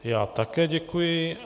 Já také děkuji.